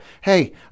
hey